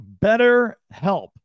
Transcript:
BetterHelp